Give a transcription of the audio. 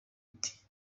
ati